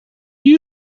you